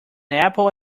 apple